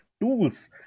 tools